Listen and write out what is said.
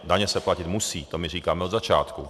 Daně se platit musí, to my říkáme od začátku.